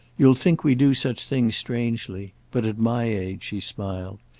you'll think we do such things strangely but at my age, she smiled,